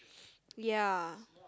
ya